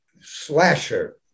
slasher